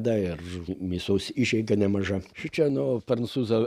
dar ir mėsos išeiga nemaža šičia nu prancūzo